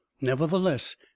Nevertheless